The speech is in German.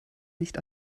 nicht